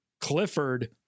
Clifford